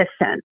listen